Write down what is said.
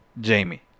jamie